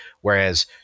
whereas